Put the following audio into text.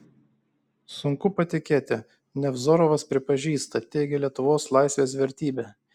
sunku patikėti nevzorovas pripažįsta teigia lietuvos laisvės vertybę